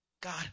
God